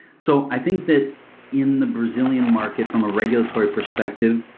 so i think the in the brazilian market from a regulatory perspective,